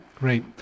Great